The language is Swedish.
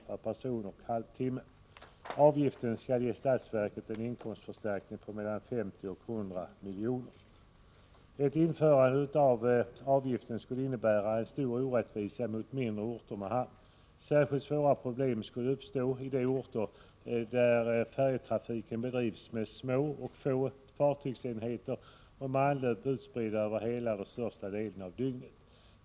per person och halvtimma. Avgiften skulle ge statsverket en inkomstförstärkning på mellan 50 och 100 milj.kr. Ett införande av avgiften skulle innebära en stor orättvisa mot mindre orter med hamn. Särskilt svåra problem skulle uppstå i orter där färjetrafiken bedrivs med små och få fartygsenheter och med anlöp utspridda över hela eller största delen av dygnet.